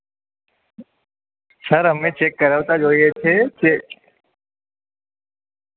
sir અમે check કરાવતાં જ હોઈએ છીએ કે